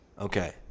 Okay